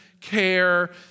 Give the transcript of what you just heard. care